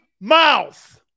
mouth